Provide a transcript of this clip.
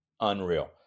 unreal